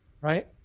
right